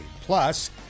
Plus